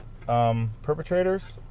Perpetrators